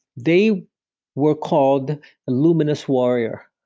they were called a luminous warrior